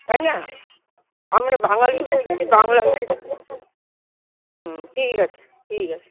তাই না আমরা বাঙালী হয়ে যদি বাংলা ভাষাটা হুম ঠিক আচে ঠিক আচে